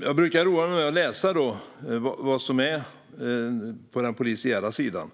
Jag brukar roa mig med att läsa om vad som sker på den polisiära sidan.